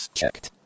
checked